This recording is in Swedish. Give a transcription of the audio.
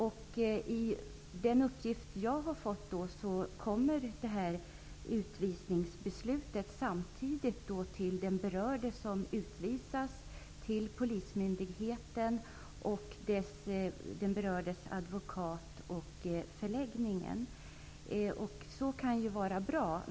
Enligt de uppgifter jag har fått kommer utvisningsbeslutet samtidigt till den berörde som skall utvisas, till polismyndigheten, till den berördes advokat och till förläggningen. Det kan vara bra.